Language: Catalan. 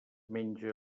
menja